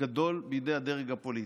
גדול בידי הדרג הפוליטי.